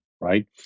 right